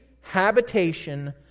habitation